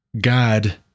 God